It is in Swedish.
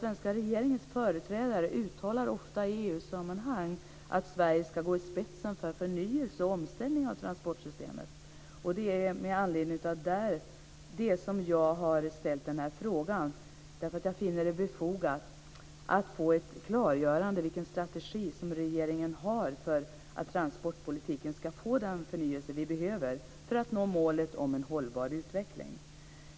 Svenska regeringens företrädare uttalar ofta i EU sammanhang att Sverige ska gå i spetsen för förnyelse och omställning av transportsystemet. Det är med anledning av det som jag har ställt denna fråga. Jag finner det nämligen befogat att få ett klargörande av vilken strategi regeringen har för att transportpolitiken ska få den förnyelse som vi behöver för att nå målet om en hållbar utveckling.